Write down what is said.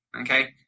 Okay